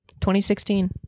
2016